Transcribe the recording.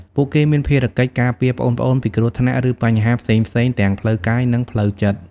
ពួកគេមានភារកិច្ច ការពារប្អូនៗ ពីគ្រោះថ្នាក់ ឬបញ្ហាផ្សេងៗ ទាំងផ្លូវកាយ និងផ្លូវចិត្ត។